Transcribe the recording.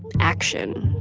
action,